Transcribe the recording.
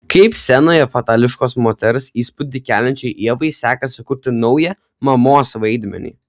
kaip scenoje fatališkos moters įspūdį keliančiai ievai sekasi kurti naują mamos vaidmenį